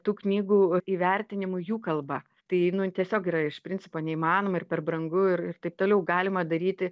tų knygų įvertinimų jų kalba tai nu tiesiog yra iš principo neįmanoma ir per brangu ir taip toliau galima daryti